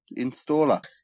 installer